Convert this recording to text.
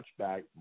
touchback